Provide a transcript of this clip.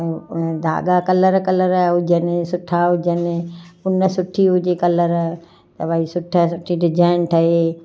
धाॻा colour colour जा हुजनि सुठा हुजनि ऊन सुठी हुजे कलर त भई सुठे सुठी डिजाएन ठहे